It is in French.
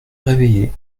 réveillé